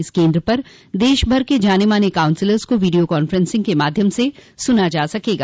इस केन्द्र पर देशभर के जाने माने काउंसलर को वीडियो कांफ्रेंसिंग के माध्यम से सुना जा सकेगा